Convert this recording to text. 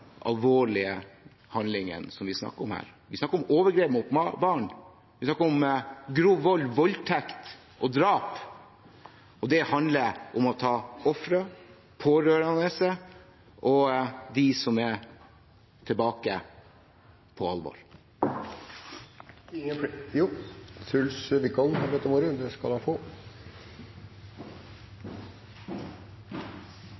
alvorlige handlingene som vi her snakker om. Vi snakker om overgrep mot barn. Vi snakker om grov vold, voldtekt og drap. Det handler om å ta offeret, pårørende og dem som er tilbake, på alvor. Nå tror jeg at nesten alle partier har